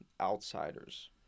outsiders